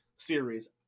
series